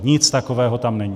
Nic takového tam není.